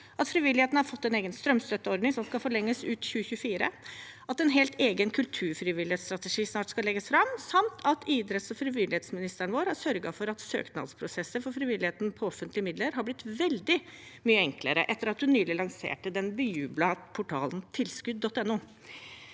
at frivilligheten har fått en egen strømstøtteordning som skal forlenges ut 2024, at en helt egen kulturfrivillighetsstrategi snart skal legges fram, samt at idretts- og frivillighetsministeren vår har sørget for at søknadsprosesser for frivilligheten på offentlige midler har blitt veldig mye enklere, etter at hun nylig lanserte den bejublede portalen tilskudd.no.